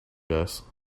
guys